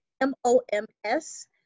M-O-M-S